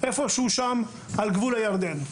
איפה שהוא על גבול הירדן.